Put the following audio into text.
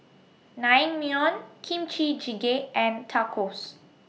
Naengmyeon Kimchi Jjigae and Tacos